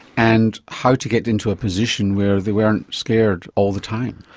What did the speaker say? and how to get into a position where they weren't scared all the time.